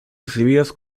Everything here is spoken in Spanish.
recibidas